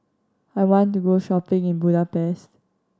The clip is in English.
I want to go shopping in Budapest